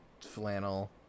flannel